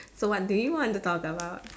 so what do you want to talk about